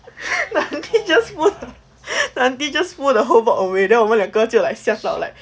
the auntie just pull the auntie just pull the whole board away then 我们两个就 like 吓到 like